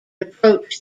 approach